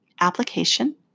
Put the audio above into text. application